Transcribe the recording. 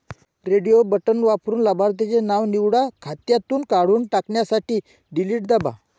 radio button वापरून लाभार्थीचे नाव निवडा, खात्यातून काढून टाकण्यासाठी डिलीट दाबा